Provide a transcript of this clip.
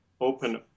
open